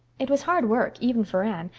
it was hard work, even for anne,